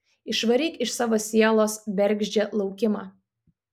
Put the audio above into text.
išvaryk iš savo sielos bergždžią laukimą